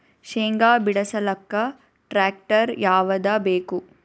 ಶೇಂಗಾ ಬಿಡಸಲಕ್ಕ ಟ್ಟ್ರ್ಯಾಕ್ಟರ್ ಯಾವದ ಬೇಕು?